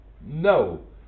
no